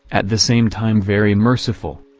at the same time very merciful.